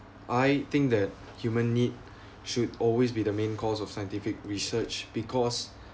I think that human need should always be the main cause of scientific research because